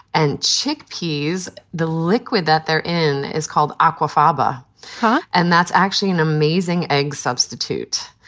and chickpeas, the liquid that they're in, is called aquafaba huh? and that's actually an amazing egg substitute.